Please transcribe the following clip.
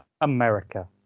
America